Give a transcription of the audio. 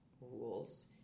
rules